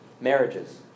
marriages